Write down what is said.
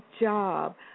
job